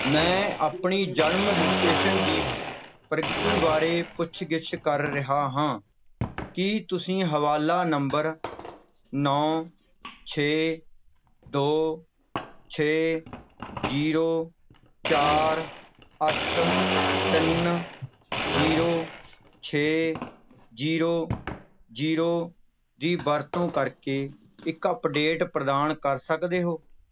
ਮੈਂ ਆਪਣੀ ਜਨਮ ਰਜਿਸਟ੍ਰੇਸ਼ਨ ਦੀ ਪ੍ਰਗਤੀ ਬਾਰੇ ਪੁੱਛ ਗਿੱਛ ਕਰ ਰਿਹਾ ਹਾਂ ਕੀ ਤੁਸੀਂ ਹਵਾਲਾ ਨੰਬਰ ਨੌਂ ਛੇ ਦੋ ਛੇ ਜੀਰੋ ਚਾਰ ਅੱਠ ਤਿੰਨ ਜੀਰੋ ਛੇ ਜੀਰੋ ਜੀਰੋ ਦੀ ਵਰਤੋਂ ਕਰਕੇ ਇੱਕ ਅੱਪਡੇਟ ਪ੍ਰਦਾਨ ਕਰ ਸਕਦੇ ਹੋ